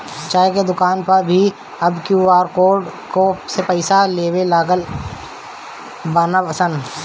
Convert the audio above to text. चाय के दुकानी पअ भी अब क्यू.आर कोड से पईसा लेवे लागल बानअ सन